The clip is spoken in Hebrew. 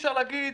אי-אפשר להגיד